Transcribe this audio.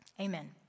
Amen